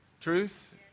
Truth